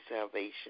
salvation